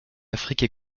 afrique